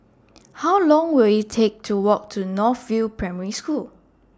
How Long Will IT Take to Walk to North View Primary School